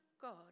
God